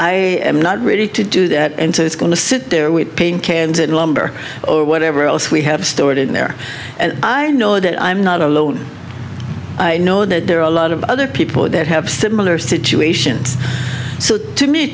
i am not ready to do that and so it's going to sit there with paint cans and lumber or whatever else we have stored in there and i know that i'm not alone i know that there are a lot of other people that have similar situations so to me